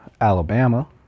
Alabama